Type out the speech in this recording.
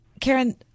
Karen